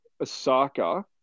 Osaka